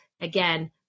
again